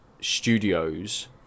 studios